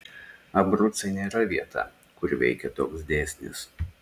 abrucai nėra vieta kur veikia toks dėsnis